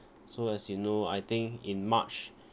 so as you know I think in march